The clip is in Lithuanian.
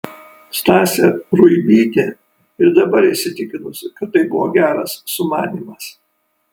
stasė ruibytė ir dabar įsitikinusi kad tai buvo geras sumanymas